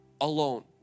alone